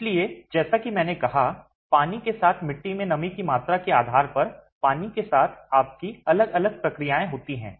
इसलिए जैसा कि मैंने कहा पानी के साथ मिट्टी में नमी की मात्रा के आधार पर पानी के साथ आपकी अलग अलग प्रक्रियाएँ होती हैं